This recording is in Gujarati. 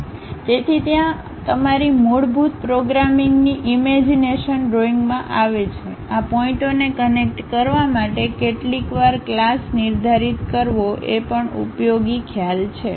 તેથી ત્યાં તમારી મૂળભૂત પ્રોગ્રામિંગની ઈમેજીનેશન ડ્રોઈંગમાં આવે છે આ પોઇન્ટઓને કનેક્ટ કરવા માટે કેટલીકવાર ક્લાસ નિર્ધારિત કરવો એ પણ ઉપયોગી ખ્યાલ છે